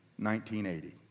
1980